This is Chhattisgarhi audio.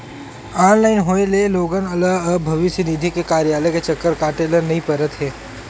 ऑनलाइन होए ले लोगन ल अब भविस्य निधि के कारयालय के चक्कर काटे ल नइ परत हे